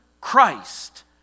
Christ